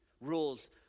rules